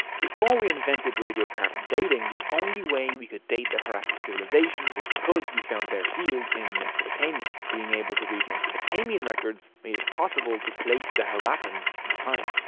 before we invented radiocarbon dating the only way we could date the harappan civilsation was because we found their seals in mesopotamia. being able to read mesopotamian records made it possible to place the harappans in time.